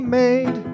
made